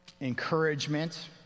encouragement